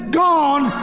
gone